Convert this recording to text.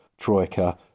Troika